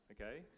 Okay